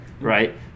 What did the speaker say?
Right